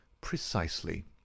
Precisely